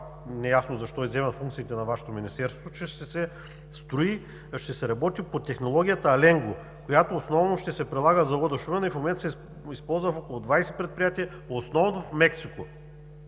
неясно защо изземва функциите на Вашето министерство, че ще се работи по технологията Аленго, която основно ще се прилага в завода в Шумен и в момента се използва от 20 предприятия, основно в Мексико.